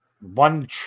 One